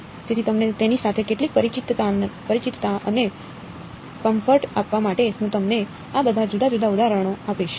તેથી તમને તેની સાથે કેટલીક પરિચિતતા અને કમ્ફર્ટ આપવા માટે હું તમને આ બધા જુદા જુદા ઉદાહરણો આપીશ